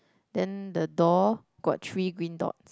then the door got three green dots